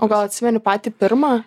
o gal atsimeni patį pirmą